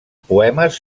poemes